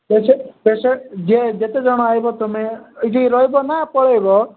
patient patient ଯେ ଯେତେ ଜଣ ଆସିବ ତୁମେ ଏଇଠି ରହିବ ନା ପଳାଇବ